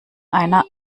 einer